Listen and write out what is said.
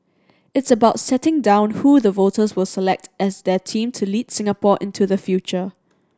it's about setting down who the voters will select as their team to lead Singapore into the future